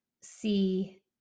see